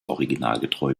originalgetreu